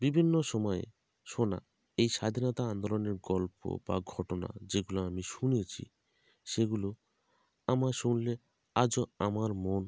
বিভিন্ন সময়ে শোনা এই স্বাধীনতা আন্দোলনের গল্প বা ঘটনা যেগুলো আমি শুনেছি সেগুলো আমার শুনলে আজও আমার মন